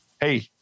hey